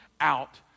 out